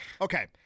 okay